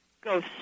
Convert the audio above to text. go